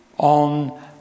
On